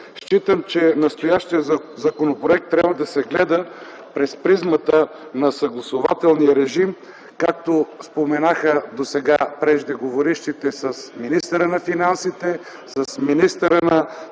считам, че настоящият законопроект трябва да се гледа през призмата на съгласувателния режим, както споменаха досега преждеговорившите – с министъра на финансите, с министъра на